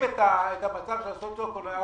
מחלישים את המצב הסוציו-אקונומי,